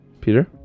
Peter